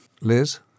Liz